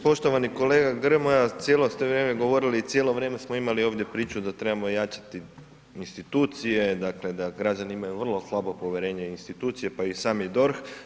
Poštovani kolega Grmoja, cijelo ste vrijeme govorili i cijelo vrijeme smo imali ovdje priču da trebamo ojačati institucije, dakle da građani imaju vrlo slabo povjerenje i u institucije pa i sami DORH.